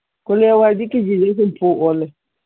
ꯀꯣꯂꯤ ꯍꯋꯥꯏꯗꯤ ꯀꯦ ꯖꯤꯗ ꯍꯨꯝꯐꯨ ꯑꯣꯜꯂꯦ